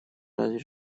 разве